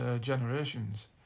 generations